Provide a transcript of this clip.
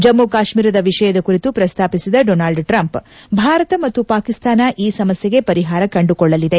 ಜಮ್ಮು ಕಾಶ್ಟೀರದ ವಿಷಯದ ಕುರಿತು ಪ್ರಸ್ತಾಪಿಸಿದ ಡೊನಾಲ್ಡ್ ಟ್ರಂಪ್ ಭಾರತ ಮತ್ತು ಪಾಕಿಸ್ತಾನ ಈ ಸಮಸ್ಯೆಗೆ ಪರಿಹಾರ ಕಂಡುಕೊಳ್ಳಲಿದೆ